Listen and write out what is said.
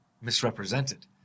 misrepresented